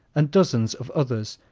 and dozens of others,